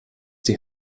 die